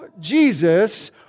Jesus